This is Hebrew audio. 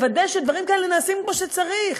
לוודא שדברים כאלה נעשים כמו שצריך.